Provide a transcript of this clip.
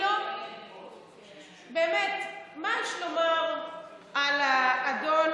באמת, מה יש לומר על האדון